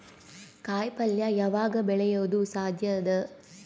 ಕಾಯಿಪಲ್ಯ ಯಾವಗ್ ಬೆಳಿಯೋದು ಸಾಧ್ಯ ಅದ?